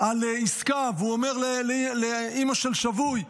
על עסקה, והוא אומר לאימא של שבוי: